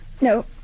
No